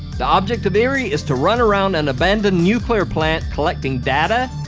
the object of erie is to run around an abandoned nuclear plant collecting data,